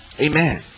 amen